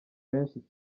benshi